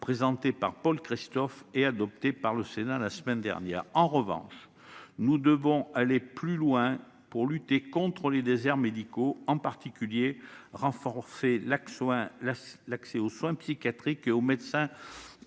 présentée par Paul Christophe et adoptée par le Sénat la semaine dernière. En revanche, nous devons aller plus loin pour lutter contre les déserts médicaux, en particulier pour renforcer l'accès aux soins psychiatriques et aux médecins